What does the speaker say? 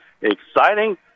exciting